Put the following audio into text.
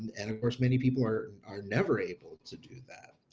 and of course, many people are are never able to do that.